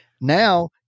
Now